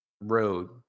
road